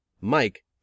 Mike